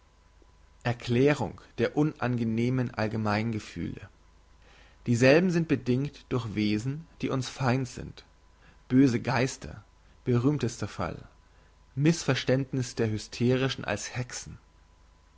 erklärung der unangenehmen allgemeingefühle dieselben sind bedingt durch wesen die uns feind sind böse geister berühmtester fall missverständniss der hysterischen als hexen